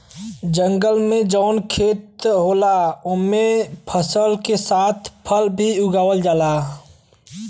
जंगल में जौन खेत होला ओमन फसल के साथ फल भी उगावल जाला